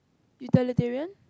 utilitarian